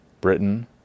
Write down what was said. Britain